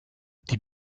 die